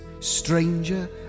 stranger